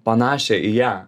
panašią į ją